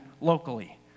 locally